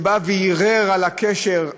שבא וערער על הקשר,